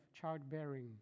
childbearing